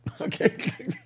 Okay